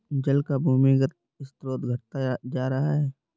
जल का भूमिगत स्रोत घटता जा रहा है